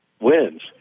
wins